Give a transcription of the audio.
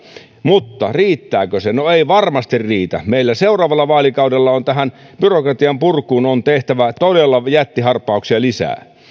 mutta riittääkö se no ei varmasti riitä seuraavalla vaalikaudella meidän on tähän byrokratian purkuun tehtävä todella jättiharppauksia lisää